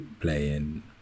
playing